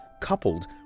coupled